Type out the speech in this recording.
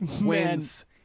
wins